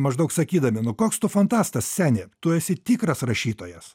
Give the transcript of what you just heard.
maždaug sakydami nu koks tu fantastas seni tu esi tikras rašytojas